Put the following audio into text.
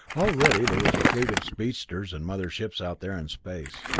already there was a fleet of speedsters and mother ships out there in space,